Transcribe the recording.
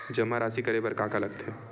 राशि जमा करे बर का का लगथे?